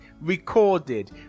recorded